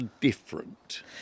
different